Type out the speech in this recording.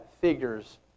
figures